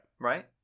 right